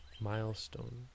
milestone